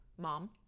mom